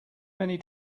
many